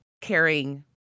caring